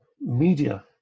media